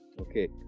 Okay